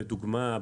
לדוגמה,